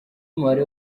umubare